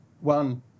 one